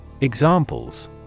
Examples